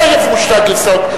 לא יעברו שתי הגרסאות.